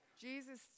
Jesus